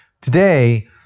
Today